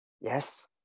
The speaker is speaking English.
yes